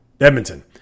Edmonton